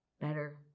better